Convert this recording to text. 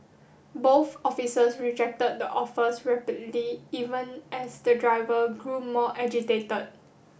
both officers rejected the offers even as the driver grew more agitated